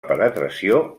penetració